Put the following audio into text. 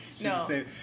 No